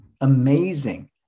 amazing